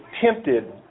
tempted